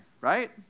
Right